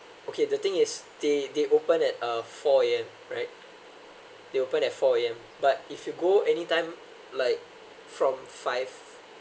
okay the thing is they they open at uh four A_M right they open at four A_M but if you go any time like from five